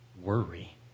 Worry